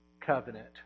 Covenant